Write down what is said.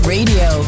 Radio